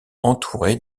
entourée